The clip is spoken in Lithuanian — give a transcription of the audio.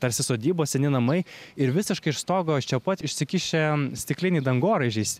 tarsi sodybos seni namai ir visiškai iš stogo čia pat išsikišę stiklinį dangoraižiais